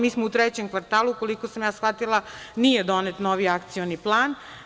Mi smo u trećem kvartalu, koliko sam ja shvatila, nije donet novi akcioni plan.